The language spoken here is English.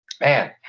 Man